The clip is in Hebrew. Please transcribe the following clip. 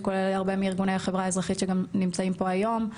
שכולל הרבה מארגוני החברה האזרחית שגם נמצאים פה היום.